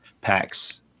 packs